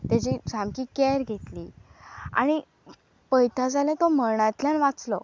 तेजी सामकी कॅर घेतली आनी पळयता जाल्यार तो मरणांतल्यान वाचलो